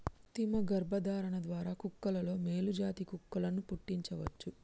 కృతిమ గర్భధారణ ద్వారా కుక్కలలో మేలు జాతి కుక్కలను పుట్టించవచ్చు